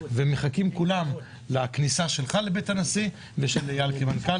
כולם מחכים לכניסה שלך לבית הנשיא ושל אייל שויקי כמנכ"ל.